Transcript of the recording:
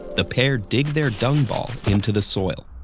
the pair dig their dung ball into the soil.